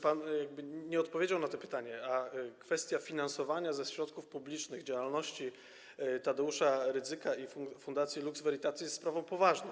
Pan nie odpowiedział na to pytanie, a kwestia finansowania ze środków publicznych działalności Tadeusza Rydzyka i Fundacji Lux Veritatis jest sprawą poważną.